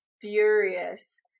furious